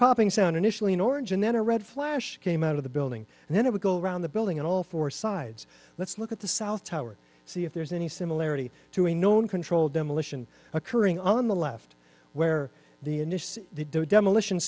popping sound initially an orange and then a red flash came out of the building and then it would go around the building and all four sides let's look at the south tower see if there's any similarity to a known controlled demolition occurring on the left where the initial demolition